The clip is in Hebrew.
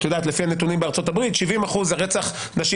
לפי הנתונים בארצות-הברית 70% זה רצח נשים